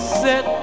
set